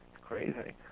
crazy